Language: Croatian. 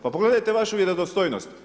Pa pogledajte vašu vjerodostojnost.